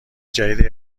جدید